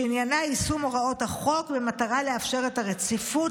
שעניינה יישום הוראות החוק במטרה לאפשר את הרציפות